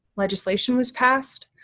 legislation was passed,